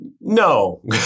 no